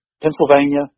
Pennsylvania